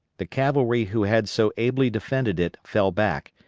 the cavalry who had so ably defended it fell back,